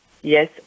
Yes